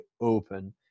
open